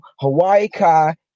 Hawaii-Kai